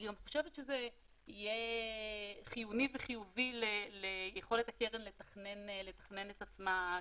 אני גם חושבת שזה יהיה חיוני וחיובי ליכולת הקרן לתכנן את עצמה קדימה.